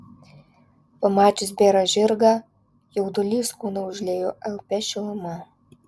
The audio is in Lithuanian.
pamačius bėrą žirgą jaudulys kūną užliejo alpia šiluma